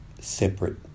separate